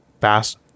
fast